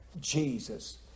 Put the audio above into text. Jesus